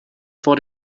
vor